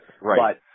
Right